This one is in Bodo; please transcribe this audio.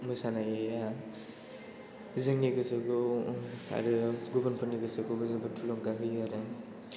मोसानाया जोंनि गोसोखौ आरो गुबुनफोरनि गोसोखौबो जोबोद थुलुंगा होयो आरो